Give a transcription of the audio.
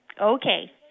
Okay